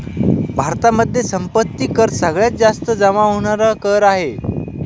भारतामध्ये संपत्ती कर सगळ्यात जास्त जमा होणार कर आहे